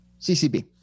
ccb